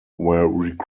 recruited